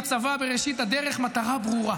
בראשית הדרך לצבא מטרה ברורה.